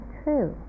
true